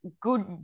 good